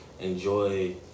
enjoy